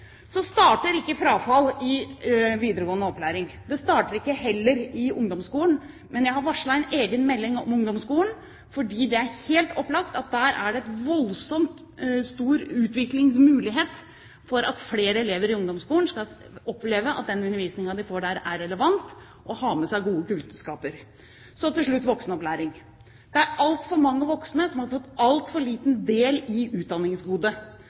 Så starter ikke frafall i videregående opplæring. Det starter heller ikke i ungdomsskolen. Men jeg har varslet en egen melding om ungdomsskolen, fordi det er helt opplagt at der er det en voldsom utviklingsmulighet, slik at flere elever skal oppleve at den undervisningen de får, er relevant, og at de får med seg gode kunnskaper. Til slutt: Voksenopplæring. Det er altfor mange voksne som har fått altfor liten del i utdanningsgodet.